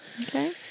Okay